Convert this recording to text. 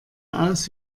aus